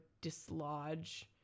dislodge